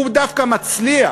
והוא דווקא מצליח,